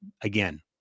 Again